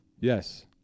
Yes